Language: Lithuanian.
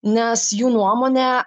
nes jų nuomone